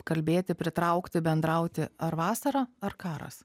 kalbėti pritraukti bendrauti ar vasara ar karas